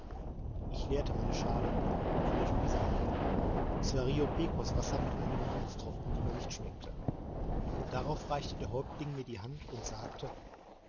ich leerte meine schale und winnetou die seinige es war rio pecos wasser mit einigen blutstropfen die man nicht schmeckte darauf reichte der häuptling mir die hand und sagte